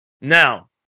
Now